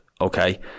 okay